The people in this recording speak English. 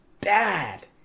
bad